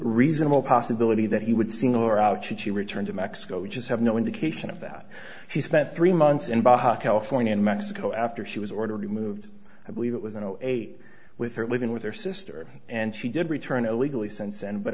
reasonable possibility that he would single or out should she return to mexico we just have no indication of that she spent three months in baja california in mexico after she was ordered removed i believe it was in zero eight with her living with her sister and she did return illegally sense and but